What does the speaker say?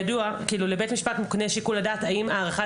לבית משפט מוקנה שיקול הדעת האם הערכת